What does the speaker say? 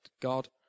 God